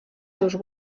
seus